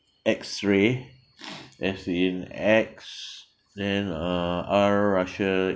X ray as in X then uh R russia